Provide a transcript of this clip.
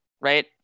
right